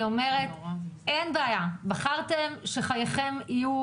בעיה, בחרתם שחייכם יהיו